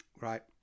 Right